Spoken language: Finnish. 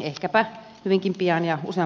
ehkäpä hyvinkin pian ja useampaankin kertaan